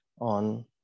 on